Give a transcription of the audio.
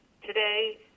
Today